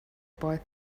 boy